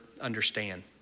understand